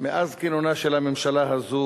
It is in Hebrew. מאז כינונה של הממשלה הזאת